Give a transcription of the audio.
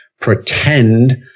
pretend